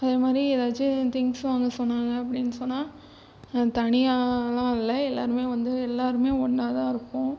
அதுமாதிரி ஏதாச்சும் திங்க்ஸ் வாங்க சொன்னாங்கள் அப்படினு சொன்னா தனியாலாம் இல்லை எல்லாருமே வந்து எல்லாருமே ஒன்னாக தான் இருப்போம்